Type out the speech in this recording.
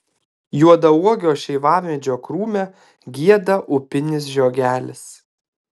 juodauogio šeivamedžio krūme gieda upinis žiogelis